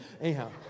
Anyhow